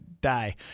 die